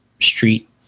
Street